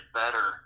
better